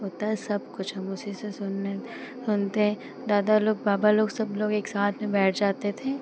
होता है सब कुछ हम उसी से सुनने सुनते दादा लोग बाबा लोग सब लोग एक साथ में बैठ जाते थे